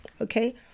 okay